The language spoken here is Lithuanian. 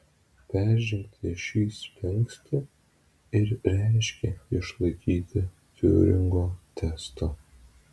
peržengti šį slenkstį ir reiškė išlaikyti tiuringo testą